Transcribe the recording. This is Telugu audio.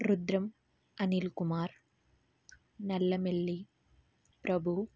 రుద్రం అనిల్ కుమార్ నల్లమెల్లి ప్రభు